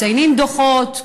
מציינים דוחות,